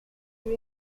your